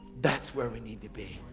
that's where we need to be.